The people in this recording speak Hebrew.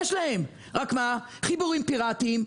יש להם חשמל אבל עם חיבורים פירטיים,